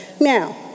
Now